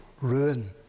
ruin